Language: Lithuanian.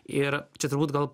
ir čia turbūt